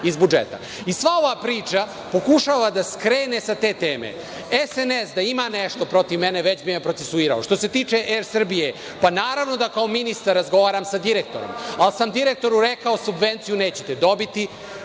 ova priča pokušava da skrene sa te teme. Srpska Napredna Stranka, da ima nešto protiv mene, već bi me procesuirala. Što se tiče „ER Srbije“, pa naravno da kao ministar razgovaram sa direktorom, ali sam direktoru rekao – subvenciju nećete dobiti.